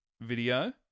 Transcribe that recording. video